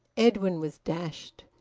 edwin was dashed.